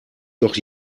doch